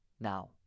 now